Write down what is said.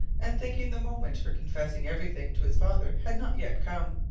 and thinking the moment for confessing everything to his father had not yet come.